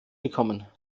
gekommen